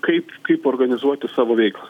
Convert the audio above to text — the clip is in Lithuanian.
kaip kaip organizuoti savo veiklą